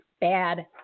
bad